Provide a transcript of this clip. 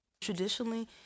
Traditionally